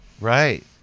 right